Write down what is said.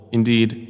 Indeed